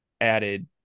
added